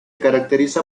caracteriza